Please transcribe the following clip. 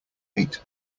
eight